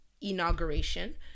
inauguration